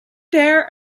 there